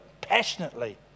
passionately